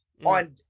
on